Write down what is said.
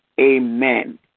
Amen